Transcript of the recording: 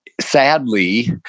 sadly